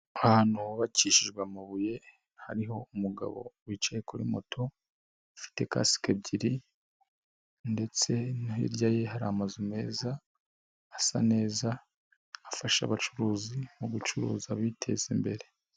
Ahantu hubakishijwe amabuye, hariho umugabo wicaye kuri moto, afite Kasike ebyiri, ndetse no hirya ye hari amazu meza, asa neza, afasha abacuruzi mu gucuruza biteza imbere.